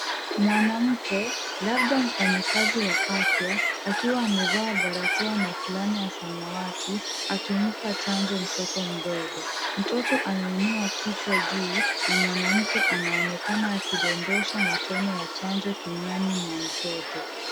Mwanamke, labda mfanyikazi wa afya akiwa amevaa barakoa na fulana ya samawati, akimpa chanjo mtoto mdogo. Mtoto ameinua kichwa juu na mwanamke anaonekana akidondosha matone ya chanjo kinywani mwa mtoto.